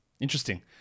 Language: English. Interesting